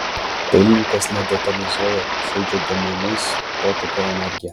dailininkas nedetalizuoja žaidžia dėmėmis potėpio energija